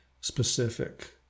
specific